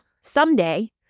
someday